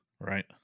Right